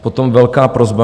Potom velká prosba.